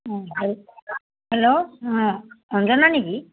অঁ hello hello অঁ অঞ্জনা নেকি